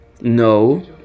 No